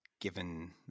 given